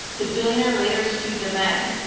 the billionaire later sued the men.